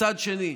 מצד שני,